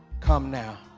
come now